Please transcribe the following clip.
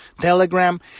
Telegram